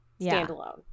standalone